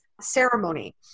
ceremony